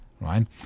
right